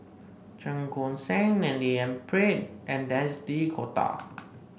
Cheong Koon Seng D N Pritt and Denis D'Cotta